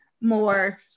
more